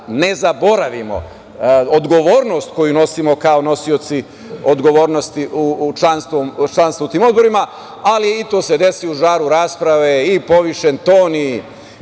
ne zaboravimo odgovornost koju nosimo kao nosioci odgovornosti u članstvu u tim odborima, ali i to se desi u žaru rasprave, i povišen ton